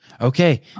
Okay